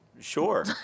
Sure